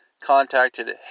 contacted